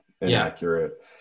inaccurate